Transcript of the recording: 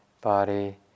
body